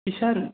Kisan